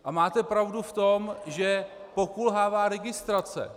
A máte pravdu v tom, že pokulhává registrace.